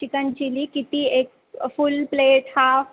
chicken chilli किती एक full plate half